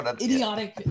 idiotic